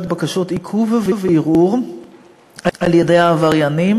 בקשות עיכוב וערעור על-ידי העבריינים,